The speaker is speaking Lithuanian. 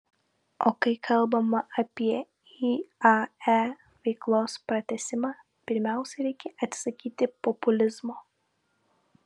o kai kalbama apie iae veiklos pratęsimą pirmiausia reikia atsisakyti populizmo